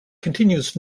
continues